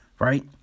right